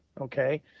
okay